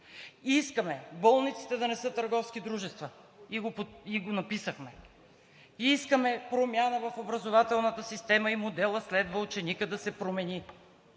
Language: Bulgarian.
Искаме болниците да не са търговски дружества и го написахме. Искаме промяна в образователната система и моделът „Следва ученикът“ да се промени.